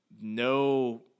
no